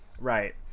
right